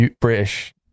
British